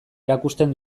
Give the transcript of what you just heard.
erakusten